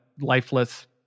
lifeless